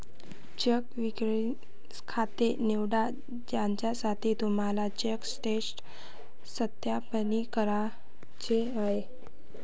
check clearing खाते निवडा ज्यासाठी तुम्हाला चेक स्टेटस सत्यापित करायचे आहे